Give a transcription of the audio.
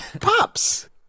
pops